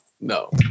no